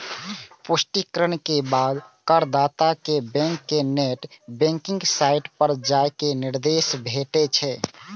पुष्टिकरण के बाद करदाता कें बैंक के नेट बैंकिंग साइट पर जाइ के निर्देश भेटै छै